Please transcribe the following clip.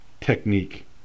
technique